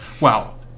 Wow